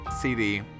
cd